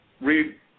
Read